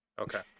Okay